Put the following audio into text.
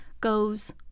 goes